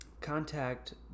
contact